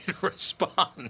respond